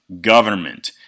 government